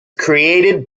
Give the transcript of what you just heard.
created